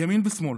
ימין ושמאל.